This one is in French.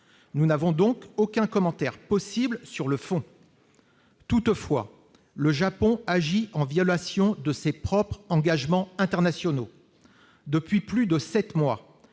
Par conséquent, aucun commentaire n'est possible sur le fond. Toutefois, le Japon agit en violation de ses propres engagements internationaux. Depuis plus de sept mois,